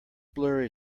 blurry